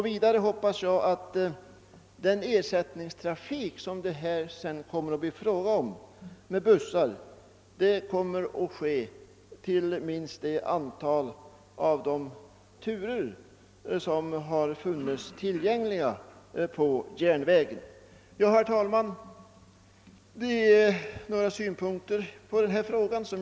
Vidare hoppas jag att den ersättningstrafik med bussar, som det sedan kommer att bli fråga om, skall få ett minst lika stort antal turer som järnvägen har kunnat erbjuda. Herr talman! Jag har velat anföra några synpunkter på denna fråga.